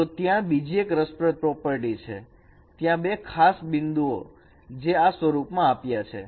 તો ત્યાં બીજી એક રસપ્રદ પ્રોપર્ટી છે ત્યાં બે ખાસ બિંદુઓ જે આ સ્વરૂપમાં આપ્યા છે